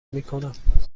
میکنم